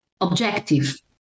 objective